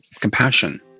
compassion